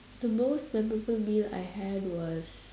the most memorable meal I had was